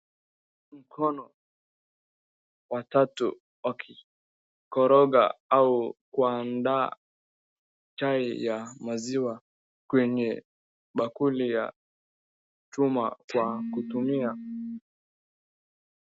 mkono wa tatu ukikoroga au kuandaa chai ya maziwa kwenye bakuli ya chuma kwa kutumia..